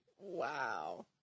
Wow